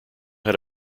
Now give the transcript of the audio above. had